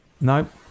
Nope